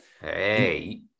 Hey